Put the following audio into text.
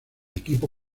equipo